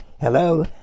Hello